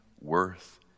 worth